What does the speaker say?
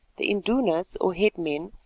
the indunas or headmen,